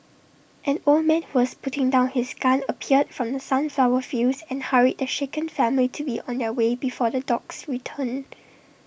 an old man who was putting down his gun appeared from the sunflower fields and hurried the shaken family to be on their way before the dogs returned